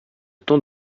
temps